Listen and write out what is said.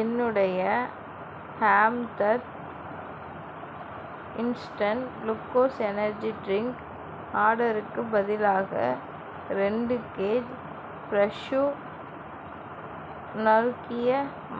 என்னுடைய Hamdard instant glucose energy drink ஆர்டருக்குப் பதிலாக ரெண்டு கேஜ் ஃப்ரெஷோ நறுக்கிய